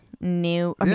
New